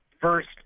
first